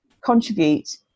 contribute